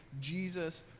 Jesus